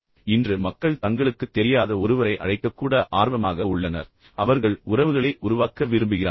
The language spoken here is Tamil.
எனவே இன்று மக்கள் தங்களுக்குத் தெரியாத ஒருவரை அழைக்க கூட ஆர்வமாக உள்ளனர் அவர்கள் உறவுகளை உருவாக்க விரும்புகிறார்கள்